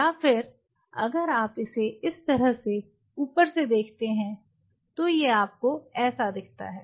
या फिर अगर आप इसे इस तरह से ऊपर से देखते हैं तो ये आपको ऐसा दिखता है